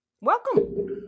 welcome